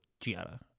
Giada